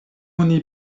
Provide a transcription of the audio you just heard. oni